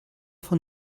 von